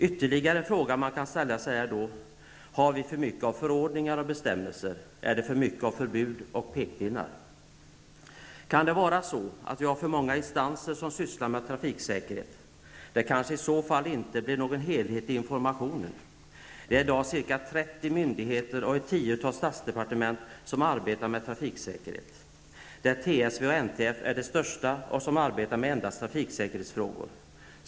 Ytterligare en fråga som man kan ställa är: Har vi för mycket av förordningar och bestämmelser, och är det för mycket av förbud och pekpinnar? Kan det vara så, att vi har för många instanser som sysslar med trafiksäkerhet? I så fall blir det kanske inte någon enhetlig information. I dag är det ca 30 myndigheter och ett tiotal departement som arbetar med trafiksäkerheten. TSV och NTF är de största i det sammanhanget och arbetar med endast trafiksäkerhetsfrågor.